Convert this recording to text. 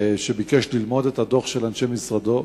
שביקש ללמוד את הדוח של אנשי משרדו.